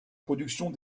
productions